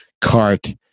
cart